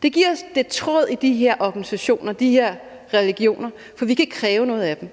Det giver os lidt snor i de her organisationer, de her religioner, for vi kan kræve noget af dem.